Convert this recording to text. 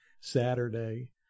Saturday